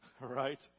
right